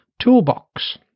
toolbox